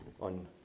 on